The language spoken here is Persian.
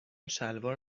شلوار